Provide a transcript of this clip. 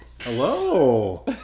Hello